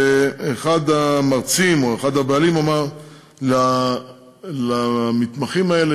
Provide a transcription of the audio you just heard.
ואחד המרצים או אחד הבעלים אמר למתמחים האלה